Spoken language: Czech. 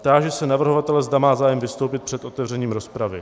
Táži se navrhovatele, zda má zájem vystoupit před otevřením rozpravy.